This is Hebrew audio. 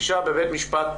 אישה בבית משפט